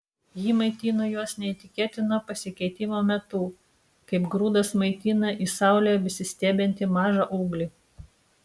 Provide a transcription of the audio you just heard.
ji maitino juos neįtikėtino pasikeitimo metu kaip grūdas maitina į saulę besistiebiantį mažą ūglį